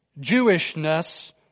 Jewishness